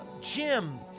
Jim